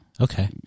Okay